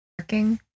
Working